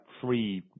three